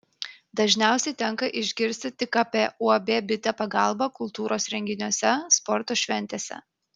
dažniausiai tenka išgirsti tik apie uab bitė pagalbą kultūros renginiuose sporto šventėse